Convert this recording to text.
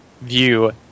view